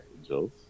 Angels